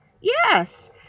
Yes